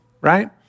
right